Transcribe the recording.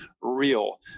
real